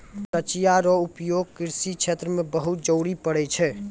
कचिया रो उपयोग कृषि क्षेत्र मे बहुत जरुरी पड़ै छै